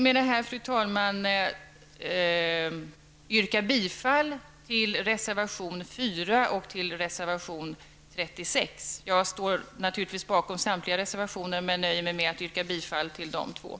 Med det här, fru talman, vill jag yrka bifall till reservation 4 och reservation 36. Jag står naturligtvis bakom samtliga reservationer men nöjer mig med att yrka bifall till de båda.